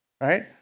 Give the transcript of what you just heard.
right